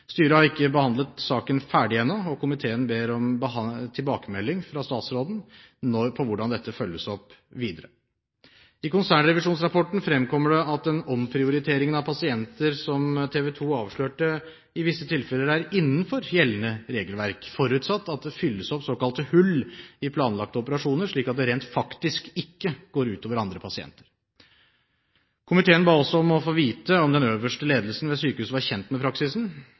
Styret har ikke behandlet saken ferdig ennå, og komiteen ber om tilbakemelding fra statsråden om hvordan dette følges opp videre. I konsernrevisjonsrapporten fremkommer det at den omprioriteringen av pasienter som TV 2 avslørte, i visse tilfeller er innenfor gjeldende regelverk, forutsatt at det fylles opp såkalte hull i planlagte operasjoner, slik at det rent faktisk ikke går ut over andre pasienter. Komiteen ba også om å få vite om den øverste ledelsen ved sykehuset var kjent med praksisen.